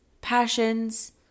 passions